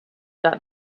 that